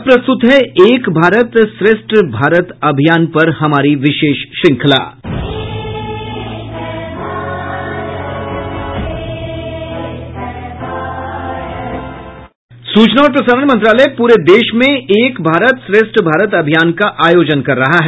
अब प्रस्तुत है एक भारत श्रेष्ठ अभियान पर हमारी विशेष श्रंखला सूचना और प्रसारण मंत्रालय पूरे देश में एक भारत श्रेष्ठ भारत अभियान का आयोजन कर रहा है